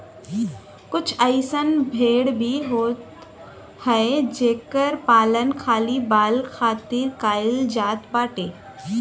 कुछ अइसन भेड़ भी होत हई जेकर पालन खाली बाल खातिर कईल जात बाटे